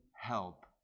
help